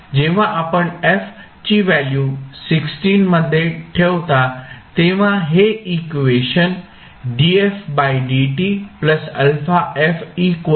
जेव्हा आपण f ची व्हॅल्यू मध्ये ठेवता तेव्हा हे इक्वेशन होईल